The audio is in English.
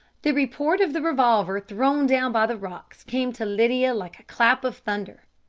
the report of the revolver thrown down by the rocks came to lydia like a clap of thunder.